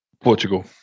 Portugal